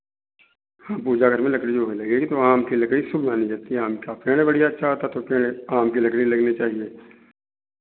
हाँ पूजा घर में लकड़ी जो है लगेगी तो आम की लकड़ी शुभ मानी जाती है आम का पेड़ बढ़ियाँ अच्छा आता है तो पेड़ आम की लकड़ी लगनी चाहिए